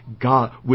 God